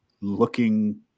looking